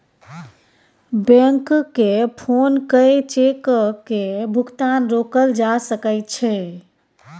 बैंककेँ फोन कए चेकक भुगतान रोकल जा सकै छै